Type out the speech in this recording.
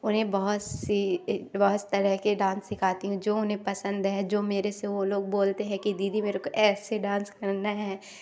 उन्हें बहुत सी बहुत तरह के डांस सिखाती हूँ जो उन्हें पसंद है जो मेरे से वह लोग बोलते हैं कि दीदी मेरे को ऐसे डांस करना है